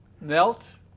knelt